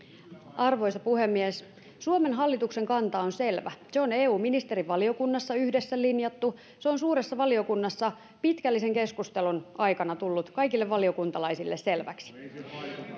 arvoisa puhemies suomen hallituksen kanta on selvä se on eu ministerivaliokunnassa yhdessä linjattu se on suuressa valiokunnassa pitkällisen keskustelun aikana tullut kaikille valiokuntalaisille selväksi